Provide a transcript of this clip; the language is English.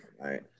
right